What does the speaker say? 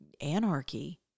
anarchy